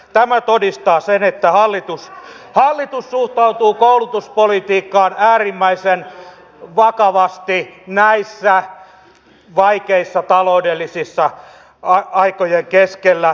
tämä todistaa sen että hallitus suhtautuu koulutuspolitiikkaan äärimmäisen vakavasti näiden vaikeiden taloudellisten aikojen keskellä